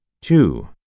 Two